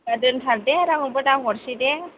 दोनथार दे रावनोबो दाहरसै दे